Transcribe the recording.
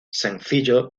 sencillo